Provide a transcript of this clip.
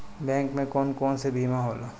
Bank में कौन कौन से बीमा होला?